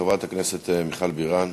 חברת הכנסת מיכל בירן.